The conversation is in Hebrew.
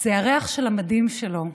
זה הריח של המדים שלו,